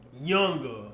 younger